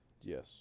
yes